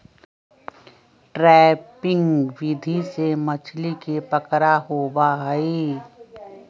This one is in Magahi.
ट्रैपिंग विधि से मछली के पकड़ा होबा हई